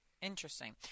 Interesting